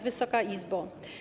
Wysoka Izbo!